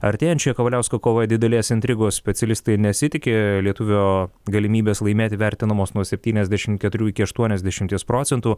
artėjančia kavaliausko kova didelės intrigos specialistai nesitiki lietuvio galimybės laimėti vertinamos nuo septyniasdešim keturių iki aštuoniasdešimties procentų